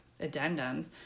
addendums